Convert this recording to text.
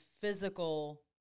physical